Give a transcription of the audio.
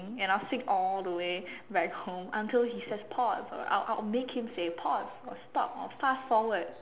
and I will sing all the way back home until he says pause or like I I will make him say pause or stop or fast forward